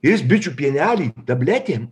jis bičių pienelį tabletėm